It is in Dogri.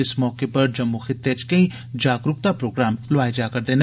इस मौके उप्पर जम्मू खित्ते च केई जागरूकता प्रोग्राम लोआए जा रदे न